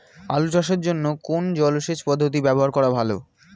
আলু চাষের জন্য কোন জলসেচ পদ্ধতি ব্যবহার করা ভালো?